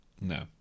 No